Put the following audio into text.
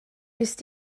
ist